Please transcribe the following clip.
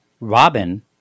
Robin